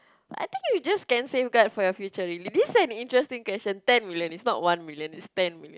I think you just can safeguard for your future already this an interesting question ten million it's not one million it's ten